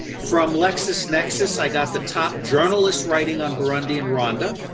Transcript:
from lexis nexis i got the top journalist writing on burundi and rwanda,